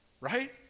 right